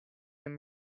him